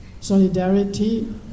solidarity